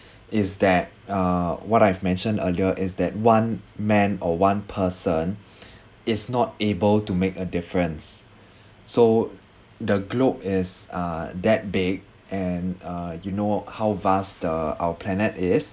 is that uh what I've mentioned earlier is that one man or one person is not able to make a difference so the globe is uh that big and uh you know how vast uh our planet is